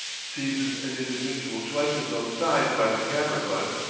seizes an individual twice his own size by the kammerbund,